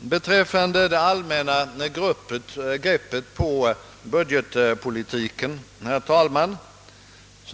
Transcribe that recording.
Vad beträffar det allmänna greppet på budgetpolitiken